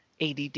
ADD